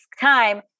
time